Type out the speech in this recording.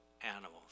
animals